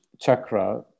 chakra